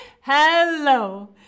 hello